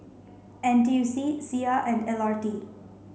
N T U C Sia and L R T